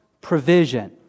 provision